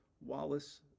Wallace